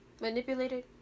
Manipulated